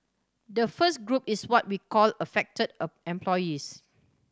the first group is what we called affected employees